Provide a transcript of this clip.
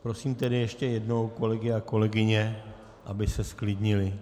Prosím tedy ještě jednou kolegy a kolegyně, aby se zklidnili.